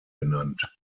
genannt